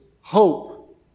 hope